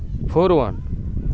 four one